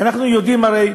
ואנחנו יודעים הרי,